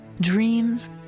dreams